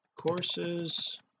courses